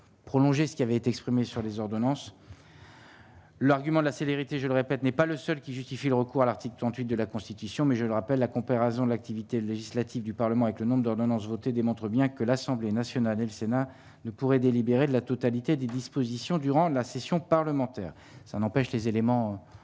prolongé ce qui avait été exprimée sur les ordonnances. L'argument de la célérité, je le répète, n'est pas le seul qui justifie le recours à l'article 38 de la Constitution, mais je le rappelle, la comparaison l'activité législative du Parlement avec le nombre d'ordonnances voter démontre bien que l'Assemblée nationale et le Sénat ne pourrait délibéré de la totalité des dispositions durant la session parlementaire, ça n'empêche les éléments